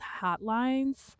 hotlines